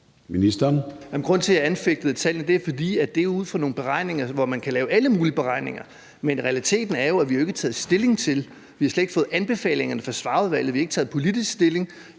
Grunden til, at jeg anfægtede tallene, er, at det er ud fra nogle beregninger, hvor man kan lave alle mulige beregninger. Men realiteten er jo, at vi ikke har taget stilling til det. Vi har slet ikke fået anbefalingerne fra Svarerudvalget. Vi har ikke taget politisk stilling,